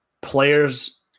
players